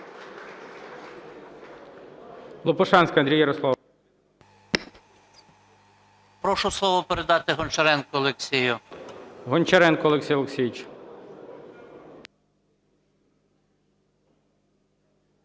Прошу слово передати Гончаренку Олексію.